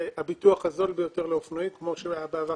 זה הביטוח הזול ביותר לאופנועים כמו שהיה בעבר,